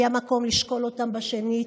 היה מקום לשקול אותם שנית.